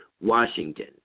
Washington